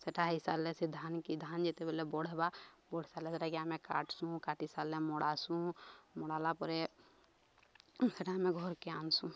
ସେଟା ହେଇସାରିଲେ ସେ ଧାନ କି ଧାନ ଯେତେବେଲେ ବଡ଼ ହେବା ବଡ଼ ହେ ସାରିଲେ ସେଟାକି ଆମେ କାଟସୁଁ କାଟିି ସାରିଲେ ମଡ଼ାସୁଁ ମଡ଼ାଲା ପରେ ସେଟା ଆମେ ଘରକେ ଆନସୁଁ